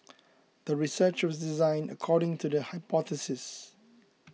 the research was designed according to the hypothesis